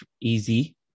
easy